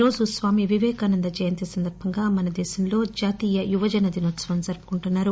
ఈరోజు స్వామి వివేకానంద జయంతి సందర్బంగా మన దేశంలో జాతీయ యువజన దినోత్సవం జరుపుకుంటున్నారు